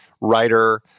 writer